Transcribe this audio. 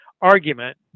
argument